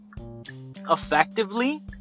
effectively